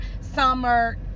summer